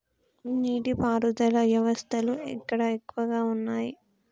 నీటి పారుదల వ్యవస్థలు ఎక్కడ ఎక్కువగా ఉన్నాయి?